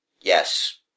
Yes